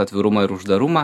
atvirumą ir uždarumą